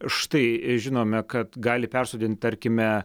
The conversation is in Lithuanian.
štai žinome kad gali persodint tarkime